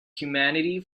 humanity